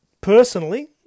personally